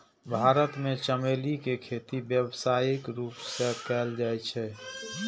भारत मे चमेली के खेती व्यावसायिक रूप सं कैल जाइ छै